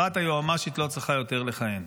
אחת, היועמ"שית לא צריכה יותר לכהן.